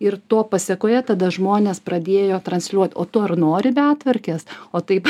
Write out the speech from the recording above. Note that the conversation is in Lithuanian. ir to pasekoje tada žmonės pradėjo transliuot o tu ar nori betvarkės o taip